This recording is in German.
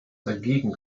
dagegen